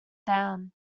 down